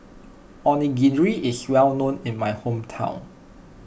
Onigiri is well known in my hometown